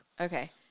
Okay